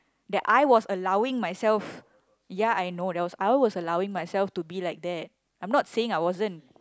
that I was allowing myself ya I know that I was I was allowing myself to be like that I'm not saying I wasn't